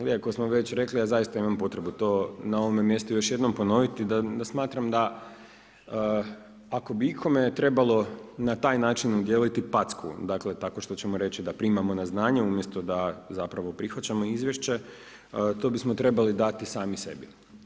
Mi ako smo već rekli, a zaista imam potrebu, to na ovome mjestu još jednom ponoviti, da smatram, da ako bi ikome trebalo na taj način dijeliti packu, dakle, tako što ćemo reći, da primamo na znanje, umjesto zapravo prihvaćamo izvješće, to bismo trebali dati sami sebi.